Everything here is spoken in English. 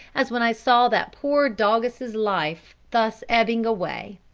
as when i saw that poor doggess's life thus ebbing away.